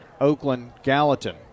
Oakland-Gallatin